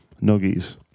nuggies